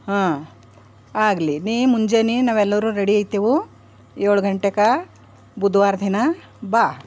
ಹಾಂ ಆಗಲಿ ನೀ ಮುಂಜಾನೆ ನಾವೆಲ್ಲರು ರೆಡಿ ಆಯ್ತೆವು ಏಳು ಘಂಟೆಗೆ ಬುಧ್ವಾರ ದಿನ ಬಾ